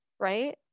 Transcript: right